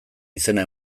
izena